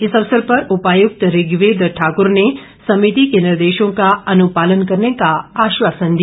इस अवसर पर उपायुक्त ऋग्वेद ठाकुर ने समिति के निर्देशों का अनुपालन करने का आश्वासन दिया